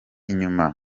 inyuma